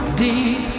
deep